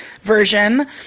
version